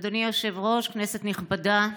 אדוני היושב-ראש, כנסת נכבדה,